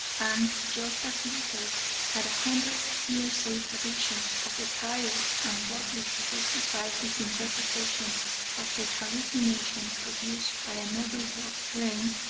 and, just as luther had a hundred hearsay traditions of the pious and godly to justify his interpretation of the hallucination produced by an overworked brain,